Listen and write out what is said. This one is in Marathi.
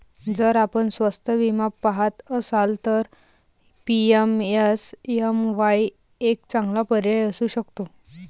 जर आपण स्वस्त विमा पहात असाल तर पी.एम.एस.एम.वाई एक चांगला पर्याय असू शकतो